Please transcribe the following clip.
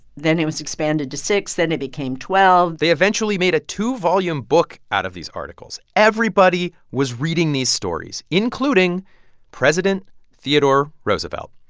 then it was expanded to six. then it became twelve point they eventually made a two-volume book out of these articles. everybody was reading these stories, including president theodore roosevelt.